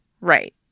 Right